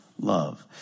love